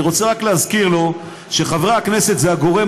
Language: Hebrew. אני רוצה רק להזכיר לו שחברי הכנסת זה הגורם